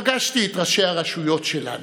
פגשתי את ראשי הרשויות שלנו,